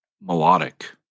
melodic